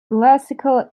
classical